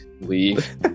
leave